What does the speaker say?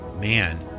man